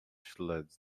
scheldt